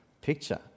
picture